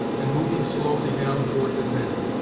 and moving slowly down towards its end,